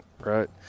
right